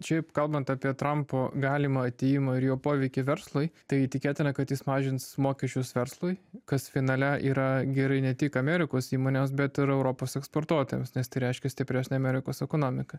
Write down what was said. šiaip kalbant apie trampo galimą atėjimą ir jo poveikį verslui tai tikėtina kad jis mažins mokesčius verslui kas finale yra gerai ne tik amerikos įmonėms bet ir europos eksportuotojams nes tai reiškia stipresnę amerikos ekonomiką